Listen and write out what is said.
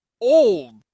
old